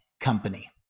company